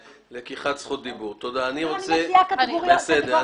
אני מציעה קטגוריה נוספת.